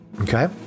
Okay